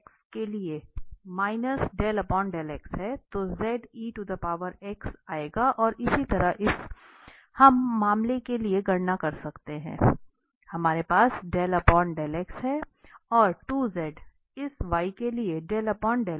तो आएंगे और इसी तरह हम मामले के लिए गणना कर सकते हैं इसलिए हमारे पास और 2z इस y के लिए इसलिए वह 1 है